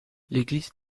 l’église